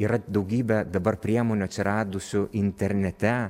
yra daugybė dabar priemonių atsiradusių internete